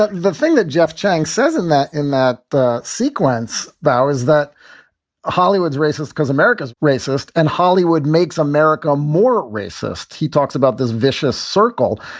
the thing that jeff chang says in that in that sequence vows that hollywood is racist because america's racist and hollywood makes america more racist. he talks about this vicious circle.